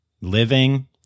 living